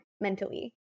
mentally